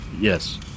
Yes